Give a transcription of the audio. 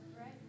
right